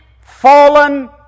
fallen